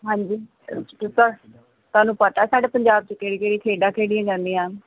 ਹਾਂਜੀ ਤੁਹਾ ਤੁਹਾਨੂੰ ਪਤਾ ਸਾਡੇ ਪੰਜਾਬ 'ਚ ਕਿਹੜੀ ਕਿਹੜੀ ਖੇਡਾਂ ਖੇਡੀਆਂ ਜਾਂਦੀਆਂ